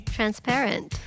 Transparent